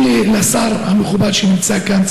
אם השר המכובד שנמצא כאן,